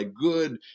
good